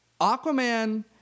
Aquaman